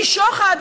כי שוחד,